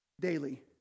daily